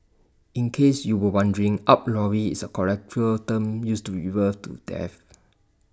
in case you were wondering up lorry is A colloquial term used to refer to death